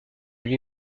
lui